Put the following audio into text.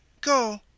Go